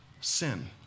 sin